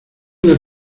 del